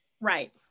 Right